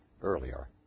earlier